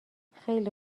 خیلی